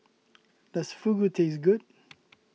does Fugu taste good